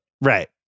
Right